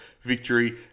victory